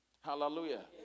Hallelujah